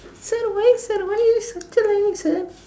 sir why sir why are you sir